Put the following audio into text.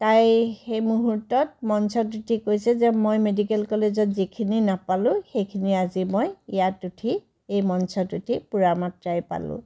তাই সেই মুহূহুৰ্তত মঞ্চত উঠি কৈছে যে মই মেডিকেল কলেজত যিখিনি নাপালোঁ সেইখিনি আজি মই ইয়াত উঠি এই মঞ্চত উঠি পূৰা মাত্ৰাই পালোঁ